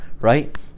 right